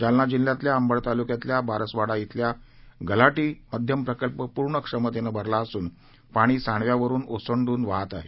जालना जिल्ह्यातल्या अंबड तालुक्यातल्या बारसवाडा खिल्या गल्हाटी मध्यम प्रकल्प पूर्ण क्षमतेनं भरला असून पाणी सांडव्यावरून ओसंडून वाहत आहे